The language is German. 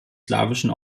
slawischen